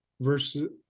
versus